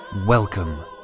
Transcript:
Welcome